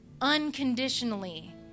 unconditionally